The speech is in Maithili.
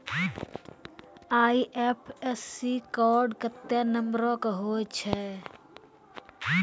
आई.एफ.एस.सी कोड केत्ते नंबर के होय छै